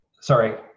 sorry